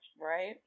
Right